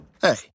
Hey